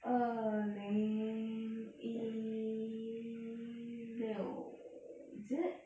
二零一六 is it